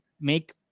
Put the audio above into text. make